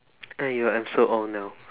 !aiyo! I'm so old now